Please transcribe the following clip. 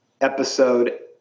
episode